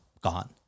gone